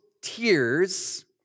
tears